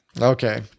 Okay